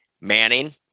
Manning